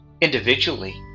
individually